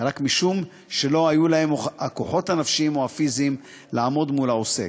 רק משום שלא היו להם הכוחות הנפשיים או הפיזיים לעמוד מול העוסק.